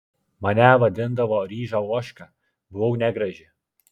mane vadindavo ryža ožka buvau negraži